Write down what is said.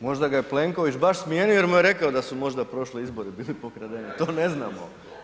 Možda ga je Plenković baš smijenio jer mu je rekao da su možda prošli izbori bili pokradeni, to ne znamo.